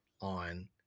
on